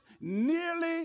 nearly